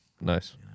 Nice